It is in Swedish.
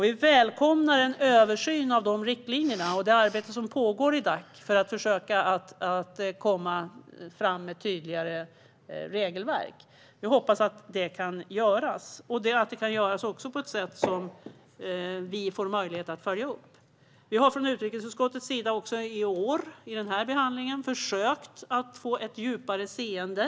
Vi välkomnar en översyn av dessa riktlinjer och det arbete som pågår i Dac för att försöka att komma fram med ett tydligare regelverk. Vi hoppas att detta kan göras och att det kan göras på ett sätt som vi får möjlighet att följa upp. Från utrikesutskottets sida har vi i år, i den här behandlingen, försökt att få ett djupare seende.